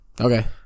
Okay